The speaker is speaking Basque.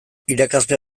irakasle